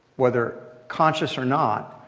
whether conscious or not,